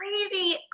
crazy